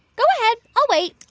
go ahead. i'll wait